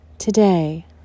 Today